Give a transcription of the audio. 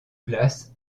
place